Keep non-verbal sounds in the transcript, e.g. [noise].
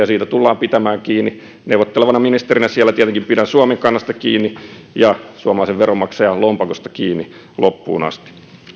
[unintelligible] siitä tullaan pitämään kiinni neuvottelevana ministerinä siellä tietenkin pidän suomen kannasta kiinni ja suomalaisen veronmaksajan lompakosta kiinni loppuun asti